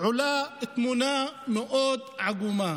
עולה תמונה מאוד עגומה.